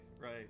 right